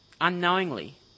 unknowingly